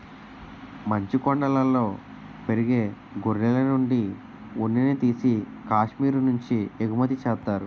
మంచుకొండలలో పెరిగే గొర్రెలనుండి ఉన్నిని తీసి కాశ్మీరు నుంచి ఎగుమతి చేత్తారు